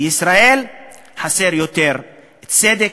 בישראל חסרים יותר צדק,